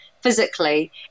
physically